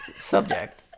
subject